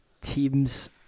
teams